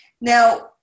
Now